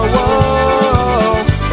Whoa